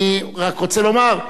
אבל אני רק רוצה לומר: